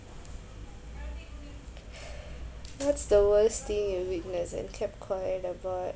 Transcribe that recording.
what's the worst thing you've witnessed and kept quiet about